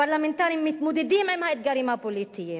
פרלמנטרים מתמודדים עם האתגרים הפוליטיים.